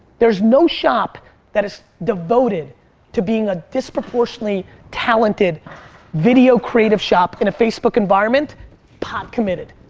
there's no shop that is devoted to being a disproportionately talented video creative shop in a facebook environment pot committed.